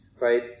right